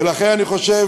ולכן אני חושב